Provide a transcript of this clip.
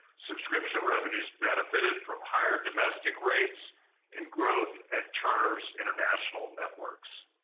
subscription revenues benefited from higher domestic rates and growth at turner's international networks.